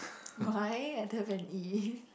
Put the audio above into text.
mine I don't have if